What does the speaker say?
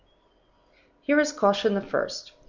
here is caution the first.